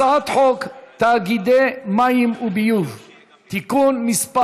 הצעת חוק תאגידי מים וביוב (תיקון מס'